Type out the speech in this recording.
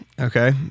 Okay